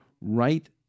right